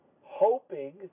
hoping